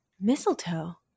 Mistletoe